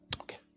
Okay